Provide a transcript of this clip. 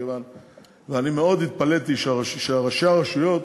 ואני מאוד התפלאתי שראשי הרשויות